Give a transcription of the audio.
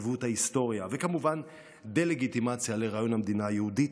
עיוות ההיסטוריה וכמובן דה-לגיטימציה לרעיון המדינה היהודית,